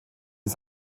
ist